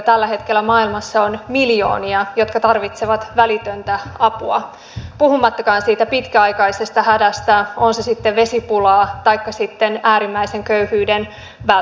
tällä hetkellä maailmassa on miljoonia niitä jotka tarvitsevat välitöntä apua puhumattakaan siitä pitkäaikaisesta hädästä on se sitten vesipulaa taikka äärimmäisen köyhyyden välttämistä